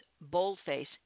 boldface